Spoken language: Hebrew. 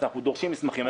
אז אנחנו דורשים מסמכים.